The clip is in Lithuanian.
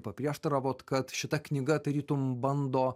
paprieštaravot kad šita knyga tarytum bando